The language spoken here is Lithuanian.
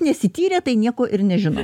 nesityrė tai nieko ir nežino